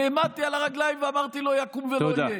נעמדתי על הרגליים ואמרתי: לא יקום ולא יהיה.